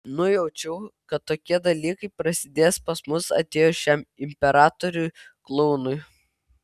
nujaučiau kad tokie dalykai prasidės pas mus atėjus šiam imperatoriui klounui